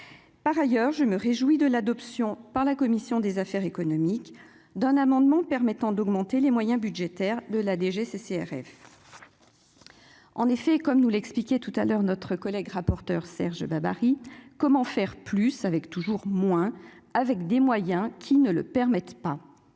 par ailleurs, je me réjouis de l'adoption par la commission des affaires économiques, d'un amendement permettant d'augmenter les moyens budgétaires de la DGCCRF, en effet, comme nous l'expliquer tout à l'heure notre collègue rapporteur Serge Babary : comment faire plus avec toujours moins avec des moyens qui ne le permettent pas,